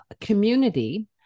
community